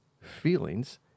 feelings